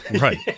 Right